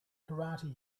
karate